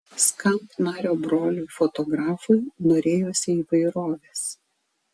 skamp nario broliui fotografui norėjosi įvairovės